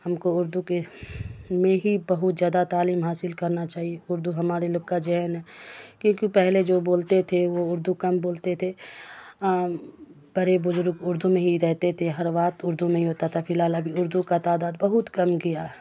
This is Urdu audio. ہم کو اردو کے میں ہی بہت زیادہ تعلیم حاصل کرنا چاہیے اردو ہمارے لوگ کا ذہن ہے کیونکہ پہلے جو بولتے تھے وہ اردو کم بولتے تھے بڑے بزرگ اردو میں ہی رہتے تھے ہر وات اردو میں ہی ہوتا تھا فی الحال ابھی اردو کا تعداد بہت کم گیا